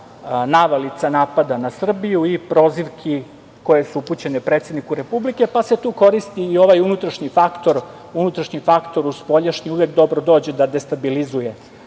navalica napada na Srbiju i prozivki koje su upućene predsedniku Republike, pa se tu koristi i ovaj unutrašnji faktor u spoljašnji uvek dobro dođe da destabilizuje